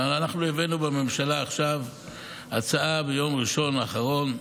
אבל אנחנו העלינו לממשלה הצעה, ביום ראשון האחרון,